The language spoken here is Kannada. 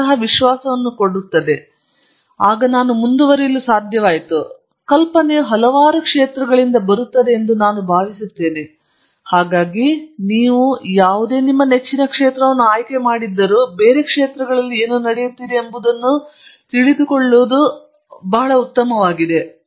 ಕಲ್ಪನೆಯು ನನಗೆ ಅಂತಹ ವಿಶ್ವಾಸವನ್ನು ಕೊಟ್ಟಿದೆ ಆಗ ನಾನು ಮುಂದುವರಿಯಲು ಸಾಧ್ಯವಾಯಿತು ಕಲ್ಪನೆಯು ಹಲವಾರು ಕ್ಷೇತ್ರಗಳಿಂದ ಬರುತ್ತದೆ ಎಂದು ನಾನು ಭಾವಿಸುತ್ತೇನೆ ಅದು ಎಲ್ಲಿಂದ ಬರುತ್ತದೆ ಎಂದು ನಿಮಗೆ ಗೊತ್ತಿಲ್ಲ